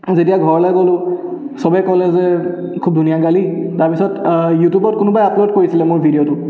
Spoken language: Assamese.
যেতিয়া ঘৰলৈ গ'লোঁ সবেই ক'লে যে খুব ধুনীয়া গালি তাৰপিছত ইউটিউবত কোনোবাই আপলোড কৰিছিলে মোৰ ভিডিঅ'টো